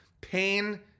pain